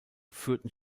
führten